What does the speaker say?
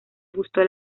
gustó